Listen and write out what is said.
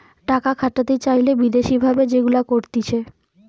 টাকা খাটাতে চাইলে বিদেশি ভাবে যেগুলা করতিছে